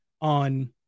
on